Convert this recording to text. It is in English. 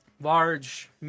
large